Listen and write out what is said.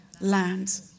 land